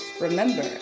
Remember